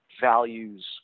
values